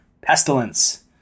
Pestilence